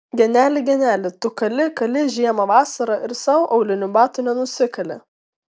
geneli geneli tu kali kali žiemą vasarą ir sau aulinių batų nenusikali